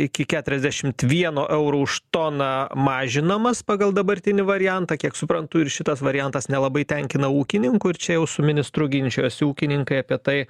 iki keturiasdešimt vieno euro už toną mažinamas pagal dabartinį variantą kiek suprantu ir šitas variantas nelabai tenkina ūkininkų ir čia jau su ministru ginčijosi ūkininkai apie tai